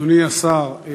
אדוני השר,